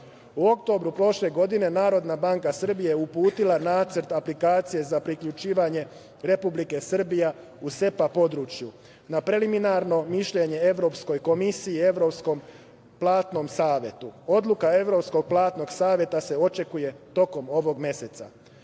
U oktobru prošle godine Narodna banka Srbije je uputila Nacrt aplikacije za priključivanje Republike Srbije u SEPA područje na preliminarno mišljenje Evropskoj komisiji i Evropskom platnom savetu. Odluka Evropskog platnog saveta se očekuje tokom ovog meseca.Zašto